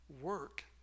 work